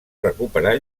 recuperar